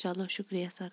چَلو شُکریہ سَر